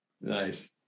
Nice